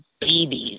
babies